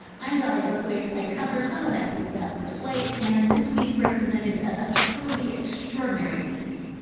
i'm dahlia lithwick. i cover some of that good stuff for slate and this week represented a truly extraordinary week.